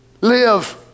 live